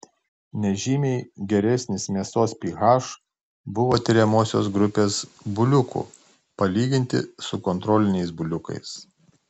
nežymiai geresnis mėsos ph buvo tiriamosios grupės buliukų palyginti su kontroliniais buliukais